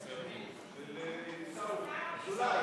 קבוצת סיעת בל"ד וקבוצת סיעת